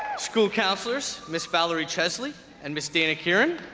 school counselors miss valerie chesley and miss dana kirin,